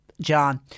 John